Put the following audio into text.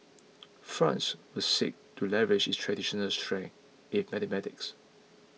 France will seek to leverage its traditional strength in mathematics